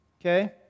Okay